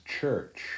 church